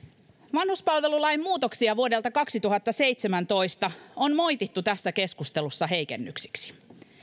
vanhuspalvelulain muutoksia vuodelta kaksituhattaseitsemäntoista on moitittu tässä keskustelussa heikennyksiksi